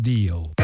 Deal